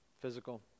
physical